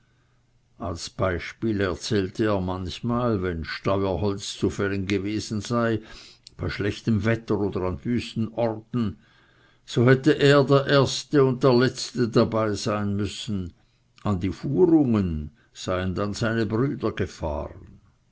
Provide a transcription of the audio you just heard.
als beispiel erzählte er manchmal wenn steuerholz zu fällen gewesen sei bei schlechtem wetter oder an wüsten orten so hätte er der erste und letzte dabei sein müssen an die fuhrungen seien dann seine brüder gefahren